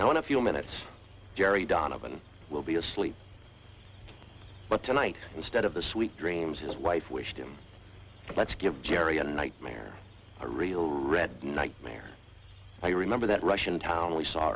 in a few minutes jerry donovan will be asleep but tonight instead of the sweet dreams his wife wished him let's give jerry a nightmare a real red nightmare i remember that russian town we saw